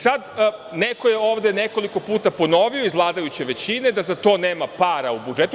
Sad, neko je ovde nekoliko puta ponovio iz vladajuće većine da za to nema para u budžetu.